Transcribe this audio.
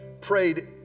prayed